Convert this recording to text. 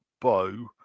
bow